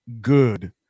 good